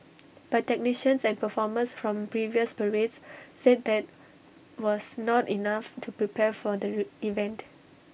but technicians and performers from previous parades said that was not enough to prepare for the event